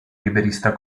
liberista